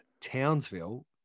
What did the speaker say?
Townsville